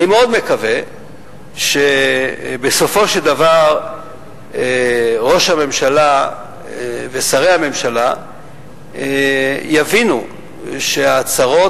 אני מאוד מקווה שבסופו של דבר ראש הממשלה ושרי הממשלה יבינו שההצהרות